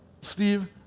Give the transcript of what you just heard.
Steve